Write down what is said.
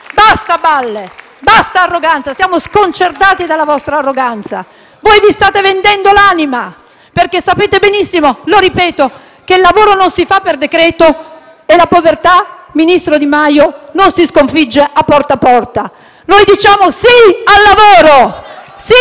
basta balle e basta arroganza. Siamo sconcertati dalla vostra arroganza: vi state vendendo l'anima, perché sapete benissimo - lo ripeto - che il lavoro non si fa per decreto e la povertà, ministro Di Maio, non si sconfigge a «Porta a Porta». Noi diciamo sì al lavoro, sì